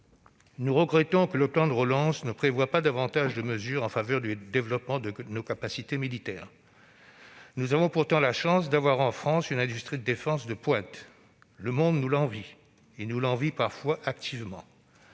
Nous regrettons que le plan de relance ne prévoie pas davantage de mesures en faveur du développement de nos capacités militaires. Nous avons pourtant la chance d'avoir en France une industrie de défense de pointe. Le monde nous l'envie, et nous l'envie parfois activement,